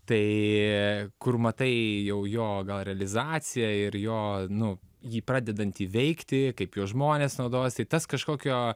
tai kur matai jau jo realizaciją ir jo nu jį pradedantį veikti kaip juo žmonės naudojasi tas kažkokio